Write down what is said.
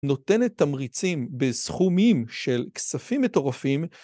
נותנת תמריצים בסכומים של כספים מטורפים